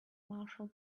marshall